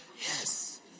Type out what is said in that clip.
yes